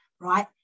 right